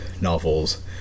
novels